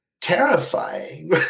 terrifying